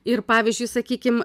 ir pavyzdžiui sakykim